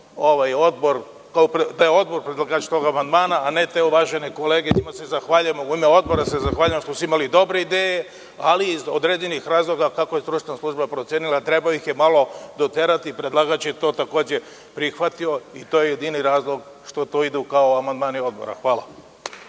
da je Odbor predlagač tog amandmana, a ne te uvažene kolege. Kolegama se zahvaljujem u ime Odbora što su imali dobre ideje, ali iz određenih razloga kako je stručna služba procenila trebalo ih je malo doterati. Predlagač je to prihvatio i to je jedini razlog što to ide kao amandmani Odbora. Hvala.